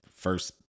First